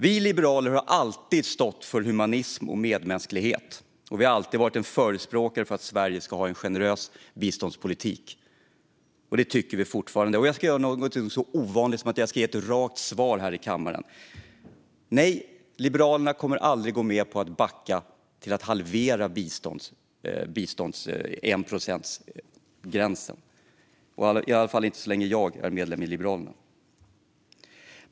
Vi liberaler har alltid stått för humanism och medmänsklighet, och vi har alltid varit en förespråkare för att Sverige ska ha en generös biståndspolitik. Det tycker vi fortfarande. Jag ska göra någonting så ovanligt som att ge ett rakt svar här i kammaren: Nej, Liberalerna kommer aldrig att gå med på att backa och halvera enprocentsmålet för biståndet, åtminstone inte så länge jag är medlem i Liberalerna.